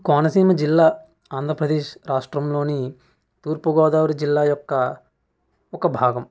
కోనసీమ జిల్లా ఆంధ్రప్రదేశ్ రాష్ట్రంలోని తూర్పు గోదావరి జిల్లా యొక్క ఒక భాగం